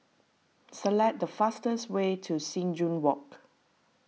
select the fastest way to Sing Joo Walk